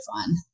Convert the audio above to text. fun